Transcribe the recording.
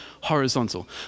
horizontal